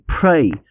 pray